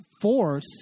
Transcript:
force